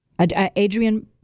Adrian